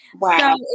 wow